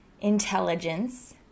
intelligence